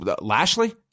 Lashley